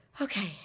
okay